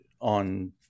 on